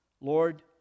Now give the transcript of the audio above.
Lord